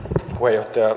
puheenjohtaja